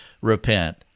repent